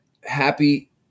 happy